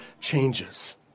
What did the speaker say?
changes